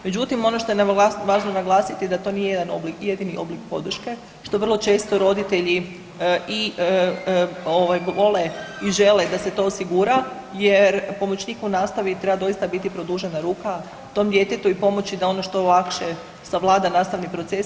Međutim, ono što je važno naglasiti da to nije jedan, jedini oblik podrške što vrlo često roditelji i ovaj vole i žele da se to osigura jer pomoćnik u nastavi treba doista biti produžena ruka tom djetetu i pomoći da ono što lakše savlada nastavni proces.